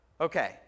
Okay